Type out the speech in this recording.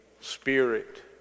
spirit